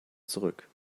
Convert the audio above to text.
zurück